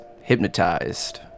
hypnotized